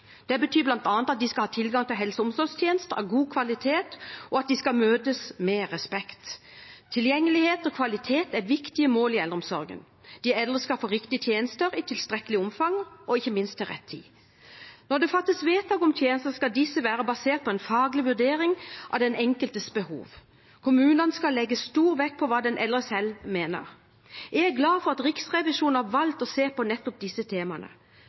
Det betyr bl.a. at de skal ha tilgang til helse- og omsorgstjenester av god kvalitet, og at de skal møtes med respekt. Tilgjengelighet og kvalitet er viktige mål i eldreomsorgen. De eldre skal få riktige tjenester i tilstrekkelig omfang og ikke minst til rett tid. Når det fattes vedtak om tjenester, skal disse være basert på en faglig vurdering av den enkeltes behov. Kommunene skal legge stor vekt på hva den eldre selv mener. Jeg er glad for at Riksrevisjonen har valgt å se på nettopp disse temaene.